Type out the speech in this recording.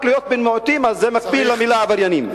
רק להיות בן מיעוטים זה מקביל למלה "עבריינים".